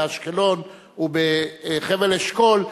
באשקלון ובחבל-אשכול,